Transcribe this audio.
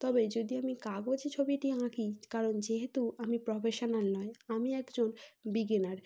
তবে যদি আমি কাগজে ছবিটি আঁকি কারণ যেহেতু আমি প্রফেশনাল নই আমি একজন বিগিনার